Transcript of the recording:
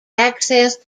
access